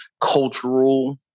cultural